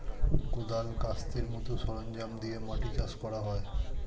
কোদাল, কাস্তের মত সরঞ্জাম দিয়ে মাটি চাষ করা হয়